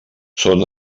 són